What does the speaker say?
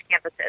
campuses